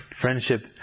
Friendship